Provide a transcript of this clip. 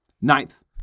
Ninth